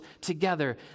together